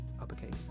uppercase